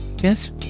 Yes